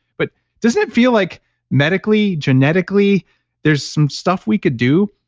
but doesn't it feel like medically, genetically there's some stuff we could do?